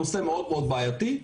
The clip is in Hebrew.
זה נושא בעייתי מאוד.